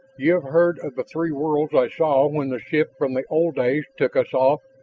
you have heard of the three worlds i saw when the ship from the old days took us off,